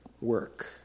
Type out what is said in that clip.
work